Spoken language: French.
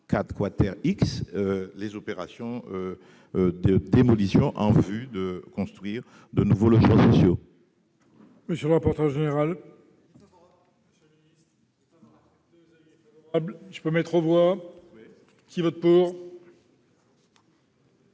les opérations de démolition réalisées en vue de construire de nouveaux logements sociaux.